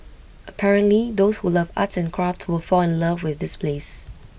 apparently those who love arts and crafts will fall in love with this place